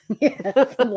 Yes